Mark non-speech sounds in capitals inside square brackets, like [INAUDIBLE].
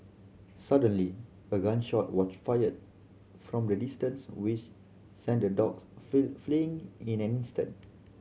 suddenly a gun shot was fired from a distance which sent the dogs [UNINTELLIGIBLE] fleeing in an instant